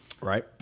Right